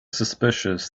suspicious